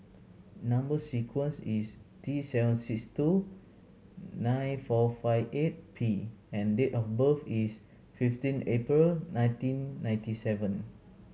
number sequence is T seven six two nine four five eight P and date of birth is fifteen April nineteen ninety seven